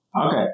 Okay